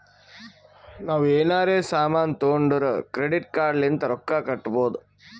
ನಾವ್ ಎನಾರೇ ಸಾಮಾನ್ ತೊಂಡುರ್ ಕ್ರೆಡಿಟ್ ಕಾರ್ಡ್ ಲಿಂತ್ ರೊಕ್ಕಾ ಕಟ್ಟಬೋದ್